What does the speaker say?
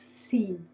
see